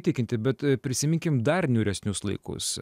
įtikinti bet prisiminkim dar niūresnius laikus